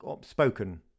spoken